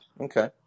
okay